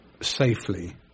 safely